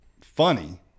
funny